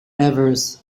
evers